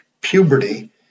puberty